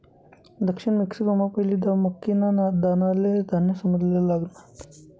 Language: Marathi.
दक्षिण मेक्सिकोमा पहिली दाव मक्कीना दानाले धान्य समजाले लागनात